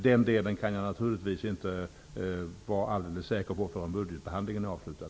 Den delen kan jag naturligtvis inte vara alldeles säker på förrän budgetbehandlingen är avslutad.